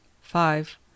five